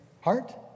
heart